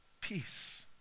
peace